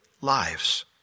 lives